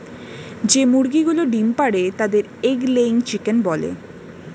যে মুরগিগুলো ডিম পাড়ে তাদের এগ লেয়িং চিকেন বলে